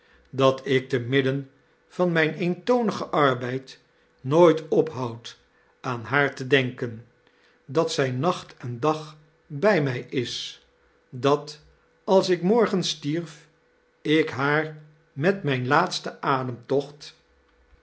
dat ik te midden van mijn eentonigen arbeid nooit ophoud aan haar te denken dat zij nacht en dag bij mij is dat als ik morgen stierf ik haar met mijn laatsten